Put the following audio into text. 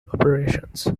operations